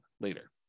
later